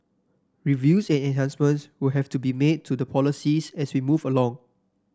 reviews and enhancements will have to be made to the policies as we move along